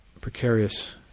precarious